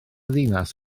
ddinas